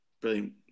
Brilliant